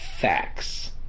facts